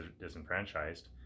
disenfranchised